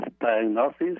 diagnosis